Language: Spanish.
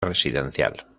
residencial